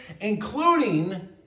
including